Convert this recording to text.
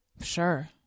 Sure